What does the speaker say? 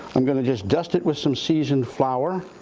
i'm gonna just dust it with some seasoned flour.